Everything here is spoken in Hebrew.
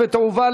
התשע"ז 2016,